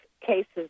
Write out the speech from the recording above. cases